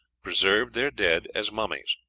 preserved their dead as mummies.